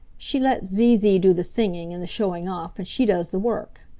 she lets zee zee do the singing and the showing off and she does the work.